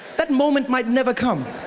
that moment might never come.